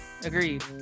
agreed